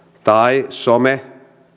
tai some